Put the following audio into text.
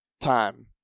time